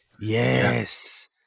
yes